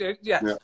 Yes